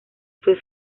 fue